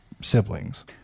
siblings